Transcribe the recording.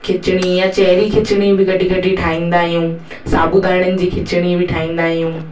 खिचड़ी या चेरी खिचड़ी बि कॾहिं कॾहिं ठाहींदा आहियूं साबूदाणनि जी खिचड़ी बि ठाहींदा आहियूं